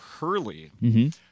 Hurley